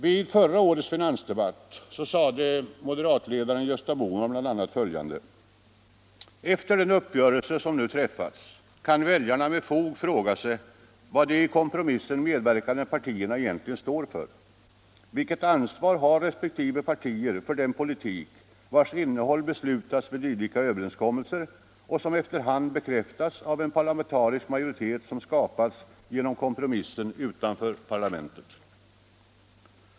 Vid förra årets debatt om den ekonomiska politiken sade moderatledaren Gösta Bohman bl.a. följande: ”Efter den uppgörelse som nu har träffats kan väljarna med fog fråga sig, vad de i kompromissen medverkande partierna egentligen gått med på eller uppnått. De kan också fråga sig: Vilket ansvar har respektive partier för den politik vars innehåll har beslutats i sådana här överenskommelser och som i efterhand bekräftats av den parlamentariska majoritet som man har skapat genom kompromissen utanför parlamentet?